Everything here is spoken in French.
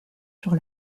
sur